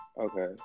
Okay